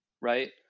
right